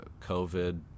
covid